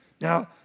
now